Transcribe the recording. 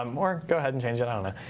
um or go ahead and change it, i don't know.